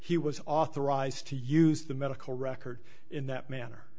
he was authorized to use the medical record in that manner